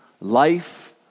life